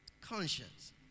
Conscience